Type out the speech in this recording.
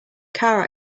car